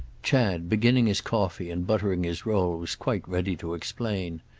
chad, beginning his coffee and buttering his roll, was quite ready to explain.